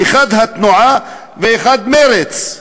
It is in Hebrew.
אחד התנועה ואחד מרצ.